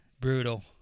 Brutal